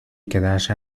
quedarse